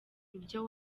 ibyo